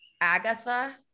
agatha